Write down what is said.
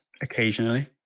occasionally